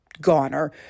goner